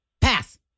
Pass